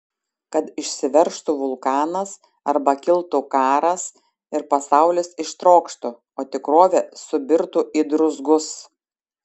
kad išsiveržtų vulkanas arba kiltų karas ir pasaulis ištrokštų o tikrovė subirtų į druzgus